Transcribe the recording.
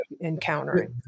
encountering